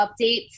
updates